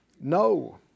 no